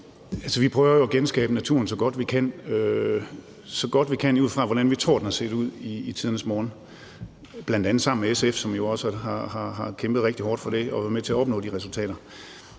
vi prøver jo at genskabe naturen – så godt vi kan ud fra, hvordan vi tror den har set ud i tidernes morgen – bl.a. sammen med SF, som jo også har kæmpet rigtig hårdt for det og været med til at opnå de resultater.